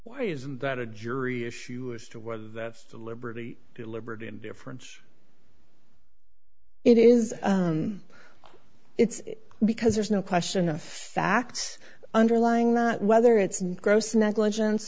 why isn't that a jury issue as to whether that's the liberty deliberate indifference it is it's because there's no question of fact underlying that whether it's gross negligence